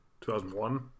2001